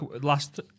last